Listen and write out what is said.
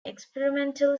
experimental